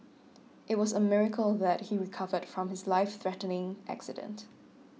it was a miracle that he recovered from his life threatening accident